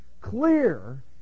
clear